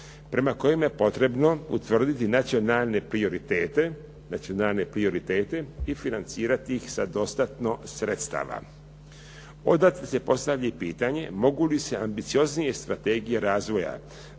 prema kojima je potrebno utvrditi nacionalne prioritete i financirati ih sa dostatno sredstava. Odatle se postavlja i pitanje mogu li se ambicioznije strategije razvoja